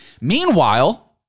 Meanwhile